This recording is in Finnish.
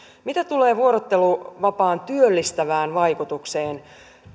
mitä tulee vuorotteluvapaan työllistävään vaikutukseen